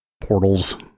Portals